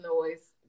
noise